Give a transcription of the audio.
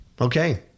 Okay